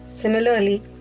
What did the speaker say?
Similarly